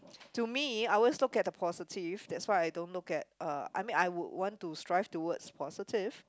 to me I always look at the positive that's why I don't look at uh I mean I would want to strive towards positive